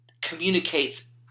communicates